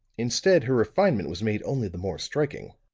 instead, her refinement was made only the more striking.